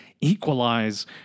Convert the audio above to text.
equalize